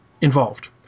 involved